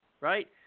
right